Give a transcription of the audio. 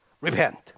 repent